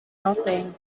nothing